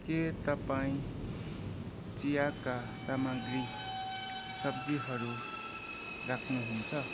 के तपाईँ चियाका सामाग्री सब्जीहरू राख्नुहुन्छ